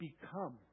become